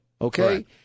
Okay